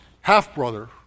half-brother